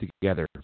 together